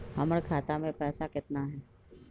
हमर खाता मे पैसा केतना है?